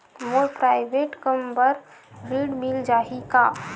मोर private कम बर ऋण मिल जाही का?